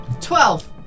Twelve